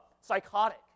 psychotic